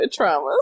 traumas